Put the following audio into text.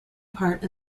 part